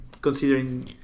considering